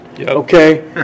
okay